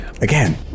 again